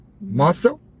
Muscle